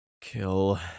Kill